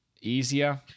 easier